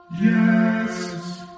Yes